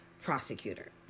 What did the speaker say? prosecutor